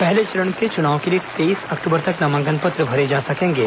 पहले चरण के चुनाव के लिए तेईस अक्टूबर तक नामांकन पत्र भरे जा सकेंगे